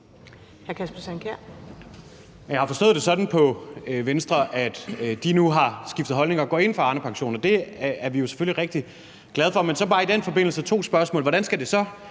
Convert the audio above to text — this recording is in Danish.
Jeg har forstået det sådan, at man i Venstre nu har skiftet holdning og går ind for Arnepensionen, og det er vi jo selvfølgelig rigtig glad for. Men jeg har så bare i den forbindelse to spørgsmål. For det